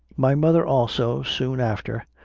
my mother also, soon after,